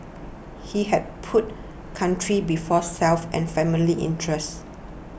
he had put country before self and family interest